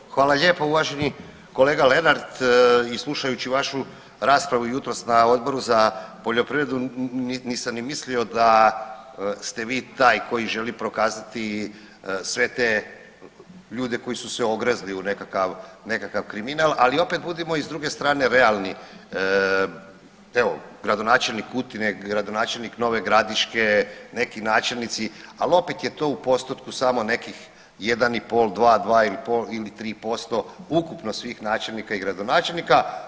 Evo, hvala lijepo uvaženi kolega Lenart i slušajući vašu raspravu jutros na Odboru za poljoprivredu nisam ni mislio da ste vi taj koji želi prokazati sve te ljude koji su se ogrezli u nekakav, nekakav kriminal, ali opet budimo i s druge strane realni, evo gradonačelnik Kutine, gradonačelnik Nove Gradiške, neki načelnici, ali opet je to u postotku samo nekih 1,5, 2, 2,5 ili 3% ukupno svih načelnika i gradonačelnika.